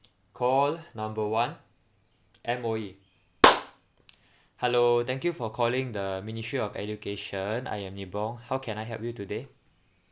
call number one M_O_E hello thank you for calling the ministry of education I am neville how can I help you today